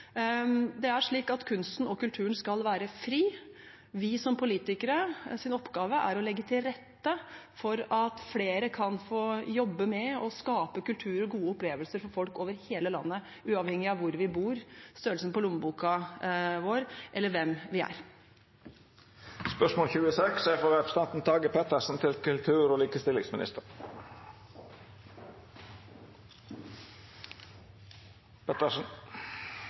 Det er slik at kunsten og kulturen skal være fri. Politikernes oppgave er å legge til rette for at flere kan få jobbe med og skape kultur og gode opplevelser for folk over hele landet, uavhengig av hvor vi bor, størrelsen på lommeboka vår eller hvem vi er. «Solberg-regjeringen la i september frem en idrettsstrategi som skal bidra til